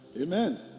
Amen